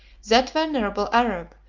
that venerable arab,